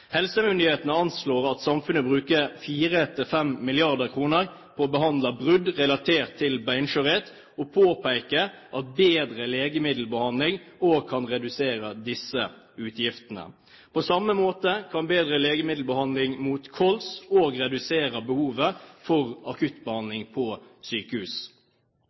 Helsemyndighetene anslår at samfunnet bruker 4–5 mrd. kr på å behandle brudd relatert til beinskjørhet, og påpeker at bedre legemiddelbehandling også kan redusere disse utgiftene. På samme måte kan bedre legemiddelbehandling av kols også redusere behovet for akuttbehandling på sykehus.